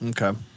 Okay